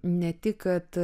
ne tik kad